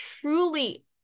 truly